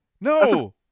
No